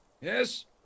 yes